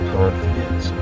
confidence